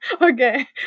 okay